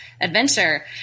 adventure